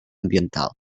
ambiental